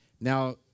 Now